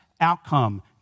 outcome